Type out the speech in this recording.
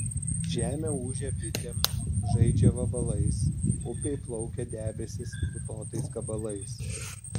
žemė ūžia bitėm žaidžia vabalais upėj plaukia debesys putotais gabalais